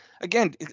again